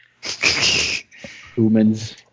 Humans